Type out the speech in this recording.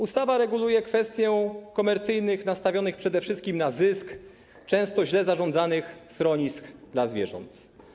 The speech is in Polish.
Ustawa reguluje kwestię komercyjnych, nastawionych przede wszystkim na zysk, często źle zarządzanych schronisk dla zwierząt.